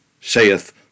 saith